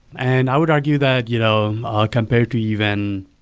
and i would argue that you know ah compared to even